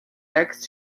next